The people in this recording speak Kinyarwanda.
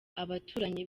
abaturanyi